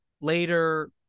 Later